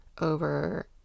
over